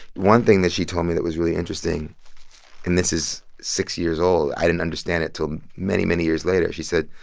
one thing that she told me that was really interesting and this is six years old. i didn't understand it until many, many years later. she said,